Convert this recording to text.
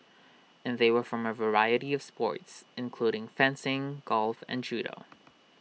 and they were from A variety of sports including fencing golf and judo